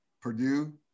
Purdue